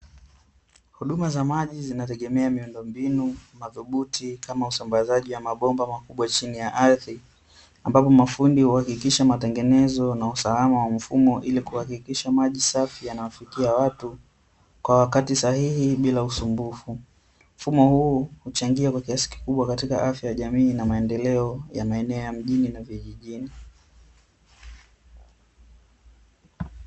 Huduma za maji zinategemea miundombinu madhubuti kama usambazaji wa mabomba makubwa chini ya ardhi, ambapo mafundi kuhakikisha matengenezo na usalama wa mfumo ili kuhakikisha maji safi yanayofikia watu kwa wakati sahihi bila usumbufu. Mfumo huu huchangia kwa kiasi kikubwa katika afya ya jamii na maendeleo ya maeneo ya mjini na vijijini.